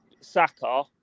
Saka